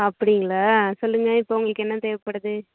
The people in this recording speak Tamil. அப்படிங்களா சொல்லுங்கள் இப்போ உங்களுக்கு என்ன தேவைப்படுது